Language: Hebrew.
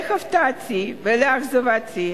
להפתעתי ולאכזבתי